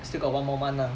still got one more month lah